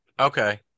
Okay